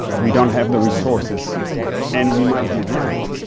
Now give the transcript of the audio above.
we don't have the resources and we might be right.